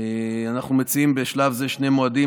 אנחנו מציעים בשלב זה שני מועדים,